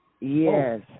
Yes